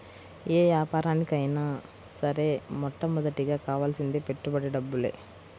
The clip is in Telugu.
యే యాపారానికైనా సరే మొట్టమొదటగా కావాల్సింది పెట్టుబడి డబ్బులే